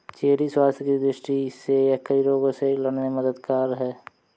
cherry स्वास्थ्य की दृष्टि से यह कई रोगों से लड़ने में मददगार है